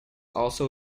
also